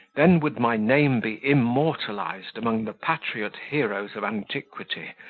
then would my name be immortalised among the patriot heroes of antiquity,